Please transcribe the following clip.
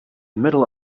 middle